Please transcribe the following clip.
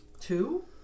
Two